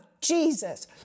Jesus